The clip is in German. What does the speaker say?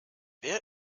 wer